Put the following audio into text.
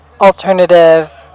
alternative